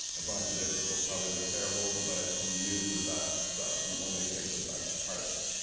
a bunch of it will probably look terrible but you use the best stuff, you only pick the best parts,